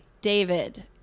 David